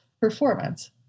performance